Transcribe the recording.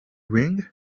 ring